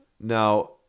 now